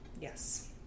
Yes